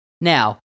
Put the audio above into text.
now